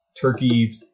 turkey